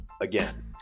Again